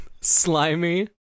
slimy